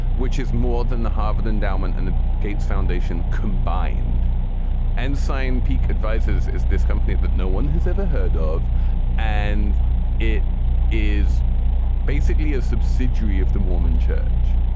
which is more than the harvard endowment and the gates foundation combined and signed, peake advises. is this company that no one has ever heard of and it is basically a subsidiary of the mormon church.